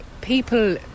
People